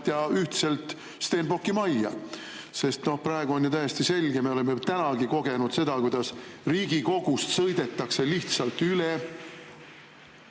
ja ühtselt Stenbocki majja. Praegu on ju täiesti selge, me oleme tänagi kogenud, kuidas Riigikogust sõidetakse lihtsalt üle.